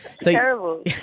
Terrible